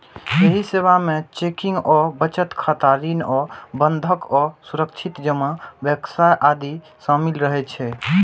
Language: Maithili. एहि सेवा मे चेकिंग आ बचत खाता, ऋण आ बंधक आ सुरक्षित जमा बक्सा आदि शामिल रहै छै